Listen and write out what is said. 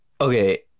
Okay